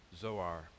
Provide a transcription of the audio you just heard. Zoar